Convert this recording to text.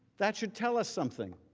that should tell us something.